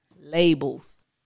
Labels